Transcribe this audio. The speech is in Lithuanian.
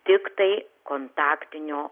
tiktai kontaktinio